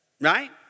right